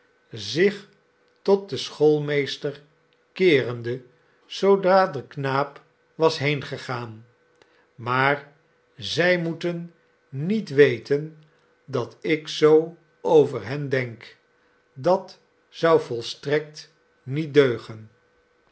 zich tot den schoolmeester keerende zoodra de knaap was heengegaan maar zij moeten niet weten dat ik zoo over hen denk dat zou volstrekt niet deugen